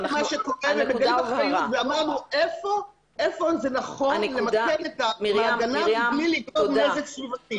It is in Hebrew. אחריות ואמרנו היכן זה נכון למקם את המעגנה מבלי לגרום נזק סביבתי.